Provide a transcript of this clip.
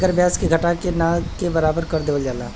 एकर ब्याज के घटा के ना के बराबर कर देवल जाला